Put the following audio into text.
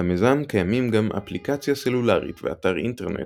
למיזם קיימים גם אפליקציה סלולרית ואתר אינטרנט